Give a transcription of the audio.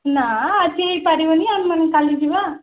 ନା ଆଜି ପାରିବାନି ଆମେମାନେ କାଲି ଯିବା